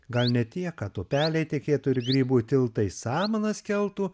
gal ne tiek kad upeliai tekėtų ir grybų tiltai samanas keltų